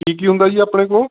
ਕੀ ਕੀ ਹੁੰਦਾ ਜੀ ਆਪਣੇ ਕੋਲ